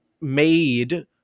Made